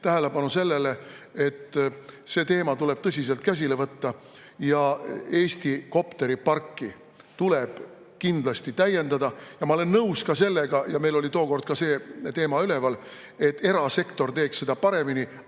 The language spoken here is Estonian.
tähelepanu sellele, et see teema tuleb tõsiselt käsile võtta. Eesti kopteriparki tuleb kindlasti täiendada. Ma olen nõus ka sellega – meil oli tookord ka see teema üleval –, et erasektor teeks seda paremini,